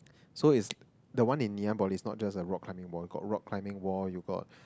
so it's the one in Ngee-Ann-Poly is not just a rock climbing wall got rock climbing wall you got